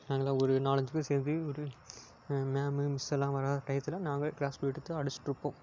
நாங்களாக ஒரு நாலு அஞ்சு பேர் சேர்ந்து ஒரு மேமு மிஸ்ஸெல்லாம் வராத டையத்தில் நாங்களே க்ளாஸில் எடுத்து அடிச்சிட்டிருப்போம்